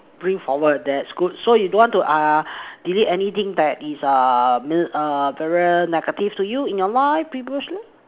bring forward that's good so you don't want to uh delete anything that is err err very negative to you in your life previously